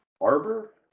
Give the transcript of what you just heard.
arbor